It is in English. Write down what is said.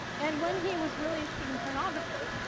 and when he was really interested in pornography,